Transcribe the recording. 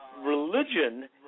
religion